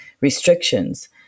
restrictions